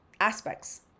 aspects